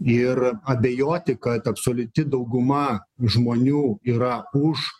ir abejoti kad absoliuti dauguma žmonių yra už